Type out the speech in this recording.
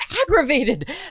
aggravated